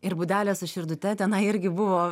ir būdelės su širdute tenai irgi buvo